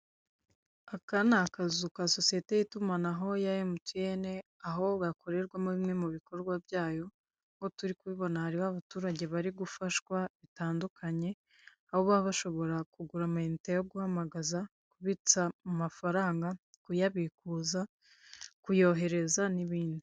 Aka ni akazu ka sosiyete y'itumanaho ya emutiyene, aho gakorerwamo bimwe mu bikorwa byayo, nk'uko turi kubibona hariho abaturage bari gufashwa bitandukanye, aho baba bashobora kugura amayinite yo guhamagaza, kubitsa amafaranga, kuyabikuza, kuyoherereza, n'ibindi.